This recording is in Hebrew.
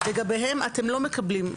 לגביהם אתם לא מקבלים הודעה.